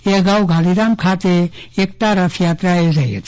એ અગાઉ ગાંધીધામ ખાતે એકતા રથયાત્રા યોજાઈ હતી